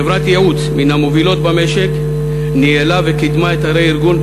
חברת ייעוץ מן המובילות במשק ניהלה וקידמה את הרה-ארגון,